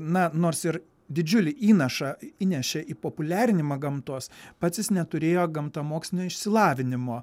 na nors ir didžiulį įnašą įnešė į populiarinimą gamtos pats jis neturėjo gamtamokslinio išsilavinimo